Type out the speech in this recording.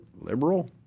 liberal